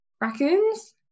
raccoons